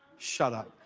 shut up.